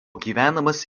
gyvenamas